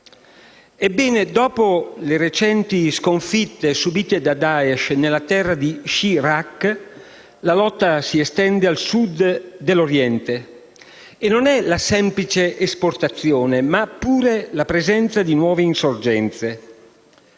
Dopo le recenti sconfitte subite da Daesh nella terra di Sirak, la lotta si estende a Sud dell'Oriente. Non è una semplice esportazione, ma pure è la presenza di nuove insorgenze.